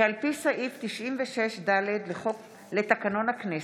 כי על פי סעיף 96(ד) לתקנון הכנסת,